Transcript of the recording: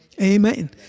amen